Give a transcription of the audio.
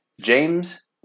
James